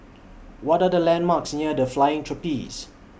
What Are The landmarks near The Flying Trapeze